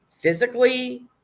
Physically